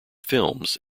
films